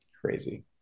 Crazy